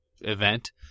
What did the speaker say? event